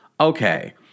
Okay